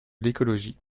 l’écologie